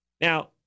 Now